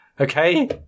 Okay